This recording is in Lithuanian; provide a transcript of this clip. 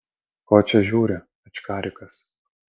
ko čia žiūri ačkarikas